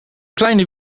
kleine